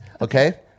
okay